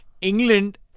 England